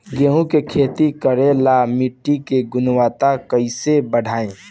गेहूं के खेती करेला मिट्टी के गुणवत्ता कैसे बढ़ाई?